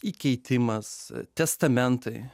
įkeitimas testamentai